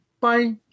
Bye